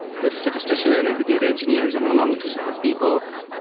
the statistician and the data engineers are no longer two separate people.